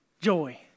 Joy